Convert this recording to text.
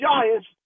Giants